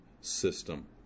system